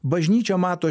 bažnyčia mato